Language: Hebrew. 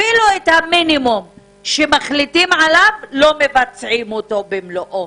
אפילו את המינימום שמחליטים עליו לא מבצעים במלואו.